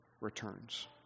returns